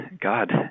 God